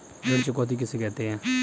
ऋण चुकौती किसे कहते हैं?